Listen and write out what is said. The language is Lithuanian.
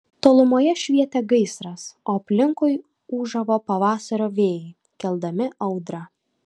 tolumoje švietė gaisras o aplinkui ūžavo pavasario vėjai keldami audrą